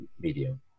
medium